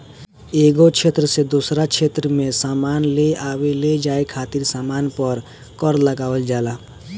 एगो क्षेत्र से दोसरा क्षेत्र में सामान लेआवे लेजाये खातिर सामान पर कर लगावल जाला